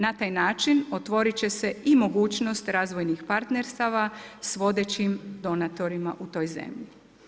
Na taj način otvoriti će se i mogućnost razvojnih partnerstva s vodećim donatorima u toj zemlji.